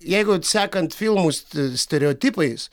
jeigu sekant filmų st stereotipais